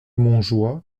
montjoie